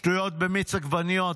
שטויות במיץ עגבניות.